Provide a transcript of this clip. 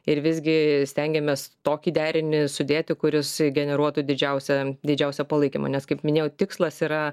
ir visgi stengiamės tokį derinį sudėti kuris generuotų didžiausią didžiausią palaikymą nes kaip minėjau tikslas yra